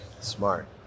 Smart